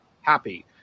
happy